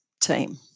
team